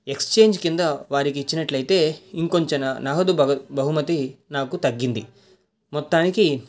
exchange కింద వారికి ఇచ్చినట్లయితే ఇంకొంచెం నగదు బహుమతి నాకు తగ్గింది మొత్తానికి